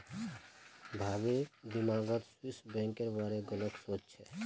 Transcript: भारिर दिमागत स्विस बैंकेर बारे गलत सोच छेक